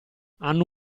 hanno